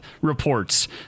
reports